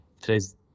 today's